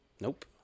Nope